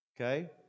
Okay